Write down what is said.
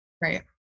Right